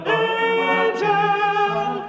Angel